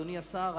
אדוני השר,